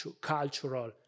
cultural